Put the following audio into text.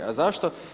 A zašto?